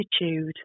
attitude